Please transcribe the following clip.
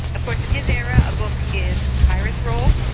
of course in his era a book is a papyrus roll,